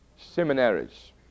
seminaries